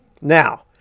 now